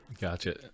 Gotcha